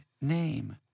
name